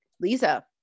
Lisa